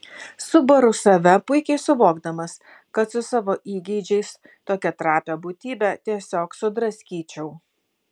subaru save puikiai suvokdamas kad su savo įgeidžiais tokią trapią būtybę tiesiog sudraskyčiau